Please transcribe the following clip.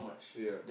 ya